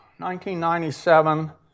1997